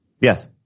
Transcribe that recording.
Yes